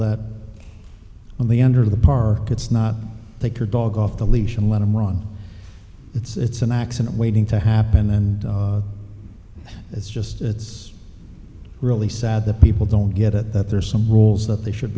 that on the end of the park it's not take your dog off the leash and let them run it's an accident waiting to happen and it's just it's really sad that people don't get it that there are some rules that they should